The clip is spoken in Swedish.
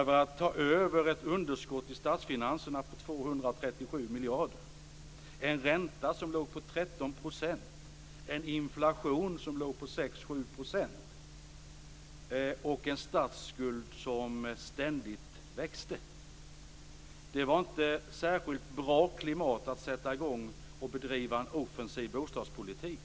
Vi fick ta över ett underskott i statsfinanserna på 237 miljarder, en ränta som låg på 13 %, en inflation som låg på 6-7 % och en statsskuld som ständigt växte. Det var inte ett särskilt bra klimat att sätta igång och bedriva en offensiv bostadspolitik.